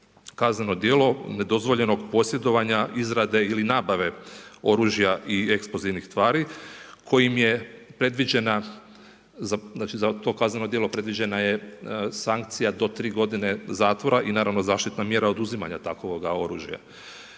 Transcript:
kazneno djelo nedozvoljenog posjedovanja izrade ili nabave oružja i eksplozivnih tvari kojim je predviđena, znači za to kazneno djelo predviđena je sankcija do 3 godine zatvora i naravno zaštitna mjera oduzimanja takvoga oružja.